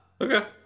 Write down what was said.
okay